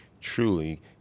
truly